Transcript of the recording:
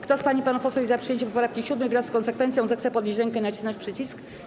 Kto z pań i panów posłów jest za przyjęciem poprawki 7. wraz z konsekwencją, zechce podnieść rękę i nacisnąć przycisk.